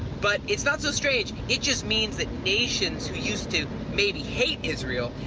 but it's not so strange. it just means that nations who used to maybe hate israel,